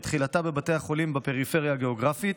שתחילתה בבתי החולים בפריפריה הגיאוגרפית,